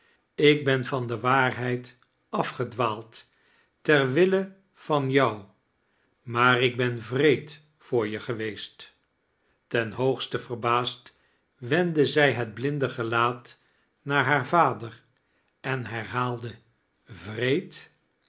ik ben van die waarheid afgedwaald ter wille vain jou maar ik ben wreed voor je geweest ten hoogste veirbaasd wendde zij het blinde gelaat naar haar vader ein herhaalde wireed